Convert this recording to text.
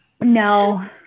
no